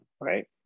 right